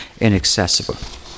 inaccessible